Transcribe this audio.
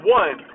one